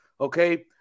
Okay